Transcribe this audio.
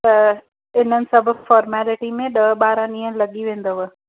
त हिननि सभु फॉर्मेलिटी में ॾह ॿारहं ॾींहं लॻी वेंदव